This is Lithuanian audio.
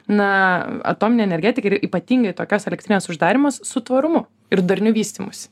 na atominė energetika ir ypatingai tokios elektrinės uždarymas su tvarumu ir darniu vystymusi